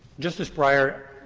justice breyer,